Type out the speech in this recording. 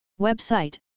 Website